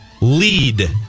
lead